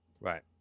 Right